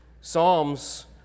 Psalms